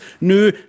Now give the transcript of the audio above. now